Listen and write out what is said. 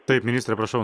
taip ministre prašau